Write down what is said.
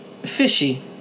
Fishy